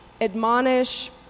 admonish